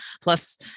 plus